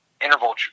interval